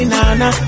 Nana